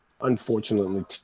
unfortunately